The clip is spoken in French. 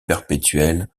perpétuel